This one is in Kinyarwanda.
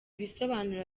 bisobanuro